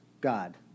God